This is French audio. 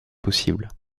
possibles